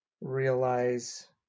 realize